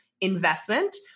investment